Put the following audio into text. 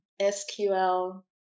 SQL